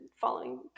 following